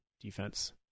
defense